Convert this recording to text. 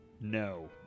No